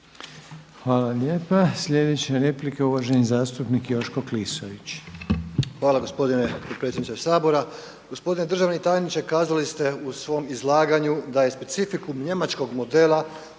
vam lijepa. Sljedeća replika je uvaženi zastupnik Joško Klisović. **Klisović, Joško (SDP)** Hvala gospodine predsjedniče Sabora. Gospodine državni tajniče, kazali ste u svom izlaganju da je specifikum njemačkog modela